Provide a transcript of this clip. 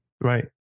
Right